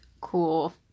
Cool